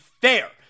fair